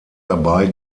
dabei